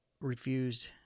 refused